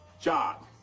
job